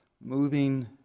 moving